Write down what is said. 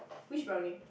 which brownie